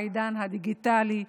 בעידן הדיגיטלי,